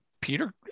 Peter